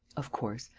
of course.